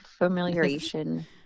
familiarization